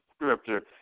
scripture